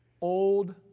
Old